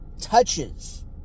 touches